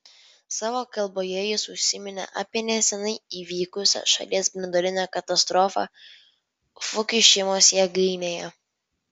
savo kalboje jis užsiminė apie neseniai įvykusią šalies branduolinę katastrofą fukušimos jėgainėje